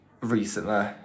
recently